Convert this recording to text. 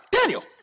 Daniel